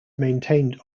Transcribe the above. maintained